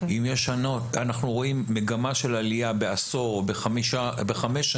אם אנחנו רואים מגמה של עלייה בעשור או בחמש שנים,